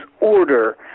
order